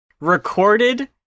recorded